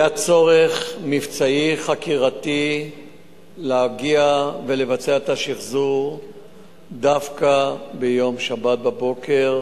היה צורך מבצעי חקירתי להגיע ולבצע את השחזור דווקא בשבת בבוקר